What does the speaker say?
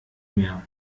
mehr